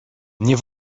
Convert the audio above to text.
nie